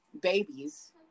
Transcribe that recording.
babies